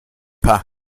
pah